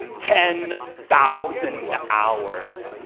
ten thousand hours!